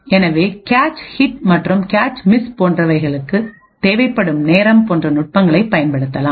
எனவே cache hit மற்றும் cache miss போன்றவைகளுக்கு தேவைப்படும் நேரம் போன்ற நுட்பங்களைப் பயன்படுத்தலாம்